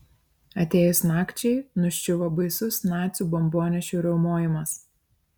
atėjus nakčiai nuščiuvo baisus nacių bombonešių riaumojimas